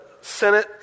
senate